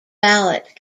ballot